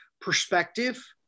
perspective